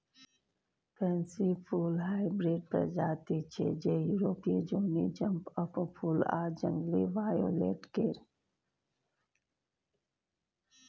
pansy फुल hybrid प्रजाति छै जे युरोपीय जौनी जंप अप फुल आ जंगली वायोलेट केर